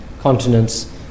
continents